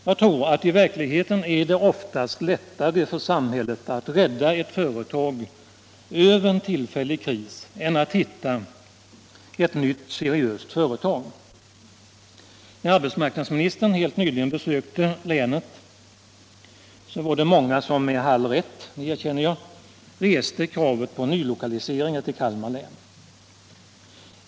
Jag tror också att det i verkligheten oftast är lättare för samhället att rädda ett företag över en tillfällig kris än att hitta ett nytt seriöst företag. När arbetsmarknadsministern besökte länet helt nyligen var det många som — med all rätt, det erkänner jag — reste kravet på nylokaliseringar till Kalmar län.